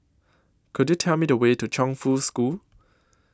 Could YOU Tell Me The Way to Chongfu School